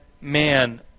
man